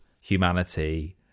humanity